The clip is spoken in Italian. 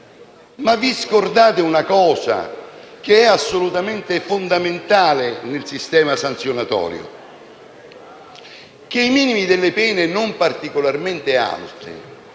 Ma dimenticate una cosa, assolutamente fondamentale nel sistema sanzionatorio: i minimi delle pene non particolarmente alti